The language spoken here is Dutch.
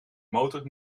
motor